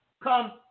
come